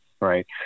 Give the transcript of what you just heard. Right